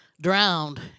drowned